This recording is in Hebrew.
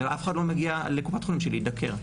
אף אחד לא מגיע לקופת חולים בשביל להידקר.